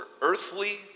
earthly